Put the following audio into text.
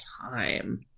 time